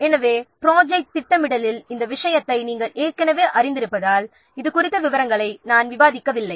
எனவே ப்ராஜெக்ட் திட்டமிடலில் இந்த விஷயத்தை நாம் ஏற்கனவே அறிந்திருப்பதால் இது குறித்த விவரங்களை நாம் விவாதிக்கவில்லை